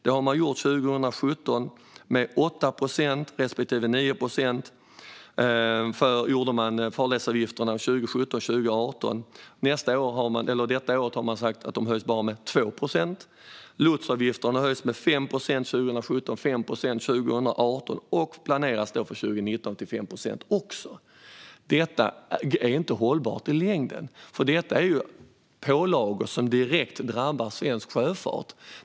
Farledsavgifterna höjde man 2017 och 2018 med 8 respektive 9 procent. Detta år har man sagt att de höjs med bara 2 procent. Lotsavgifterna höjdes med 5 procent 2017 och 5 procent 2018, och även 2019 planeras de höjas med 5 procent. Detta är inte hållbart i längden. Detta är pålagor som direkt drabbar svensk sjöfart.